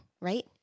right